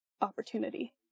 opportunity